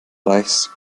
reichs